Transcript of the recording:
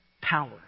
power